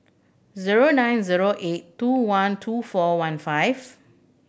zero nine zero eight two one two four one five